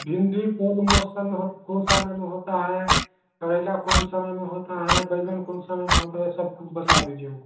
भिंडी कौन मौसम में हो कौन समय में होता है करेला कौन समय में होता है बैंगन कौन समय में होता है यह सब बता दीजिए हमको